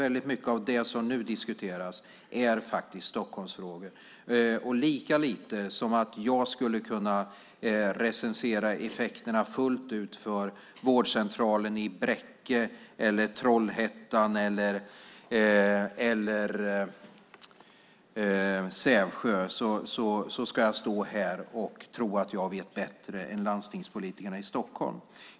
Väldigt mycket av det som nu diskuteras är faktiskt Stockholmsfrågor, och lika lite som jag skulle kunna recensera effekterna fullt ut för vårdcentralen i Bräcke, Trollhättan eller Sävsjö ska jag stå här och tro att jag vet bättre än landstingspolitikerna i Stockholm.